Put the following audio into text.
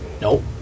Nope